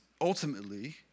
ultimately